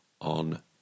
on